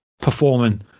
performing